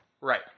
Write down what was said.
Right